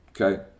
Okay